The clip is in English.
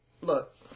look